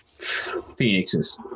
Phoenixes